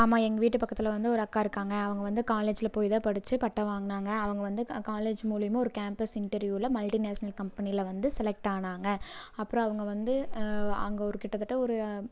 ஆமாம் எங்கள் வீட்டு பக்கத்தில் ஒரு அக்கா இருக்காங்க அவங்க வந்து காலேஜில் போய் தான் படிச்சு பட்டம் வாங்கினாங்க அவங்க வந்து காலேஜ் மூலயமா ஒரு கேம்ப்பஸ் இண்டர்வ்யூவில் மல்டிநேஸ்னல் கம்பெனியில் வந்து செலக்ட் ஆனாங்க அப்புறம் அவங்க வந்து அங்கே ஒரு கிட்டத்தட்ட ஒரு